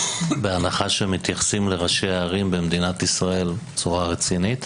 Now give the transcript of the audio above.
בהנחה שמתייחסים לראשי הערים במדינת ישראל בצורה רצינית.